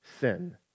sin